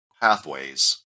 pathways